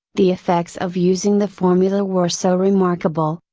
the effects of using the formula were so remarkable,